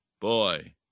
boy